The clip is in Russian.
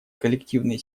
коллективные